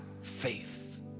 faith